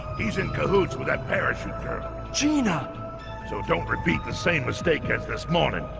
he's in cahoots with that parachute gina so don't repeat the same mistake as this morning.